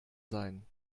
sein